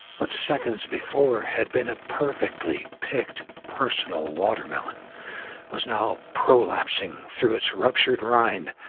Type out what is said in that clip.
what seconds before had been a perfectly picked personal watermelon was now prolapsing through its ruptured rind,